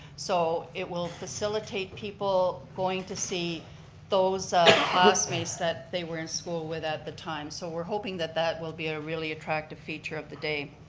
so it will facilitate people going to see those classmates that they were in school with at the time. so we're hoping that that will be a really attractive feature of the day.